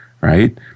right